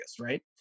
right